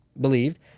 believed